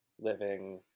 living